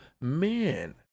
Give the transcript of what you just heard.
men